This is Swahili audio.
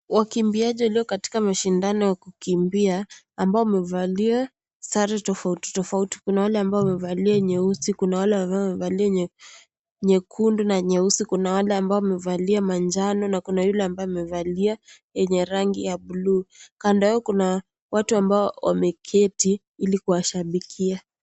Wakimbiaji walio katika mashindano ya kukimbia ambao wamevalia sare tofauti tofauti kuna wale waliovalia iliyo nyeusi kuna wale ambao wamevalia nyekundu na nyeusi kuna wale ambao wamevalia manjano na kuna yule ambaye amevalia yenye rangi ya buluu, kando yao kuna watu ambao wameketi ili kuwashabikia.